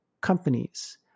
companies